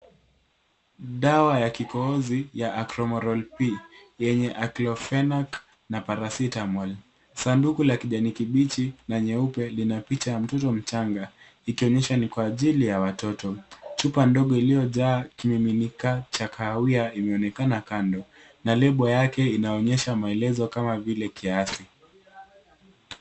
Dawa ya kikohozi ya Acromorol B yenye Aclofenac na Paracetamol . Sanduku la kijani kibichi na nyeupe lina picha ya mtoto mchanga ikionyesha ni kwa ajili ya watoto. Chupa ndogo iliyojaa kimiminika cha kahawia inaonekana kando na lebo yake inaonyesha maelezo kama vile kiasi.